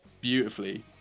beautifully